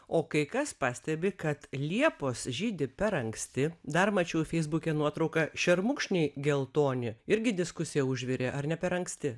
o kai kas pastebi kad liepos žydi per anksti dar mačiau feisbuke nuotrauką šermukšniai geltoni irgi diskusija užvirė ar ne per anksti